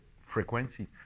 frequency